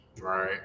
Right